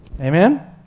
Amen